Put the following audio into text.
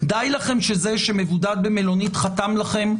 די לכם שזה שמבודד במלונית חתם לכם?